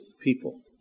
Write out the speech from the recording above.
people